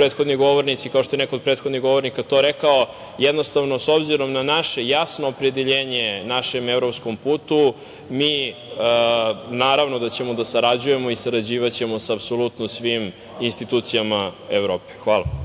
je neko od prethodnih govornika to rekao. Jednostavno, obzirom na naše jasno opredeljenje našem evropskom putu, naravno da ćemo da sarađujemo i sarađivaćemo apsolutno sa svim institucijama Evrope. Hvala.